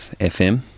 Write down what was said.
FM